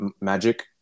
Magic